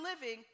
living